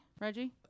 Reggie